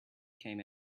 came